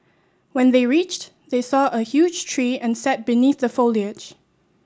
when they reached they saw a huge tree and sat beneath the foliage